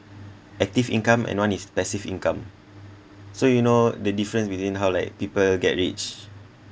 active income and one is passive income so you know the difference between how like people get rich